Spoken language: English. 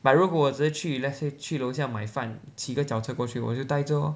but 如果我只是去 let's say 去楼下买饭骑个脚车过去我就戴着 lor